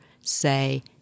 say